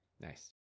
nice